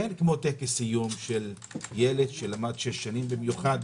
אין כמו טקס סיום של ילד שלמד שש שנים, במיוחד